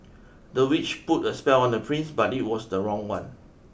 the witch put a spell on the prince but it was the wrong one